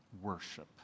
worship